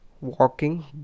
walking